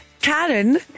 Karen